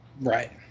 Right